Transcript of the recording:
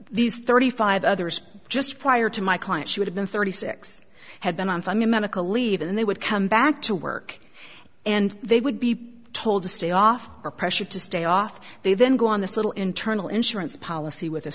these thirty five others just prior to my client she would have been thirty six had been on time in medical leave and they would come back to work and they would be told to stay off or pressured to stay off they then go on this little internal insurance policy with